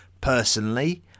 Personally